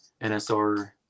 nsr